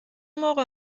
موقع